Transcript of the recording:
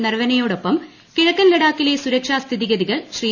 നരവണേയോടൊപ്പം കിഴക്കൻ ലഡാക്കിലെ സുരക്ഷാ സ്ഥിതിഗതികൾ ശ്രീ